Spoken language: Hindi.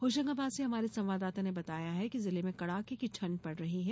होशंगाबाद से हमारे संवाददाता ने बताया है कि जिले में कड़ाके की ठंड पड़ रही है